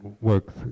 works